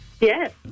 Yes